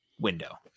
window